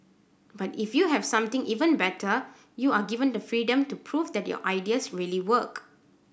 but if you have something even better you are given the freedom to prove that your ideas really work